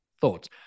thoughts